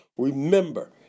Remember